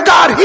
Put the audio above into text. God